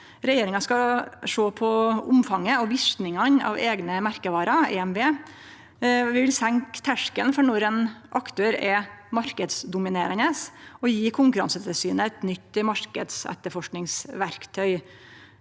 Regjeringa skal sjå på omfanget og verknadene av eigne merkevarer, EMV. Vi vil senke terskelen for når ein aktør er marknadsdominerande og gje Konkurransetilsynet eit nytt marknadsetterforskingsverktøy.